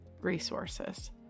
resources